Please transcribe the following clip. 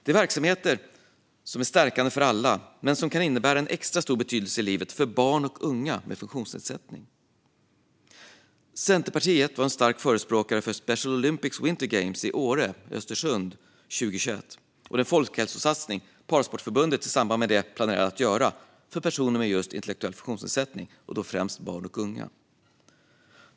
Det är verksamheter som är stärkande för alla men som kan ha en extra stor betydelse i livet för barn och unga med funktionsnedsättning. Centerpartiet var en stark förespråkare för Special Olympics World Winter Games i Åre/Östersund 2021 och den folkhälsosatsning som Parasportförbundet i samband med det planerade att göra för personer med just intellektuell funktionsnedsättning, främst barn och unga.